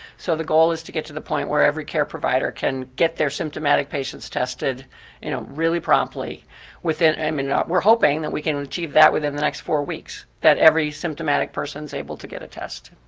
so the goal is to get to the point where every care provider can get their symptomatic patients tested you know really promptly within, i mean we're hoping that we can achieve that within the next four weeks, that every symptomatic person is able to get a test?